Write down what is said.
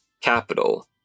Capital